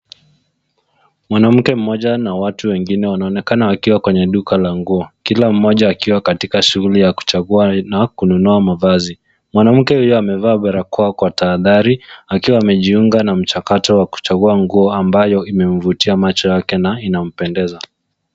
Mwanamke mmoja na watu wengine wanaonekana wakiwa kwenye duka la nguo. Kila mmoja akiwa katika shughuli ya kuchagua na kununua mavazi. Mwanamke huyo amevaa barakoa kwa tahadhari akiwa amejiunga na mchakato wa kuchagua nguo ambayo imemvutia macho yake na inampendeza.